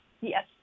yes